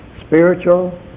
spiritual